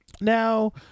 Now